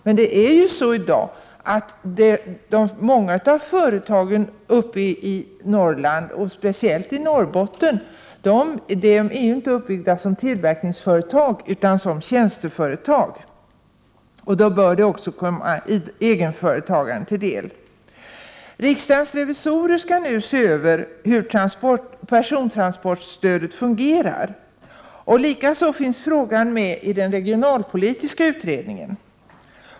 Men många av företagen uppe i Norrland, speciellt i Norrbotten, är ju i dag inte uppbyggda som tillverkningsföretag utan som tjänsteföretag. Då bör också bidraget komma egenföretagaren till del. Riksdagens revisorer skall nu se över hur persontransportstödet fungerar. Likaså finns frågan med i den regionalpolitiska utredningen.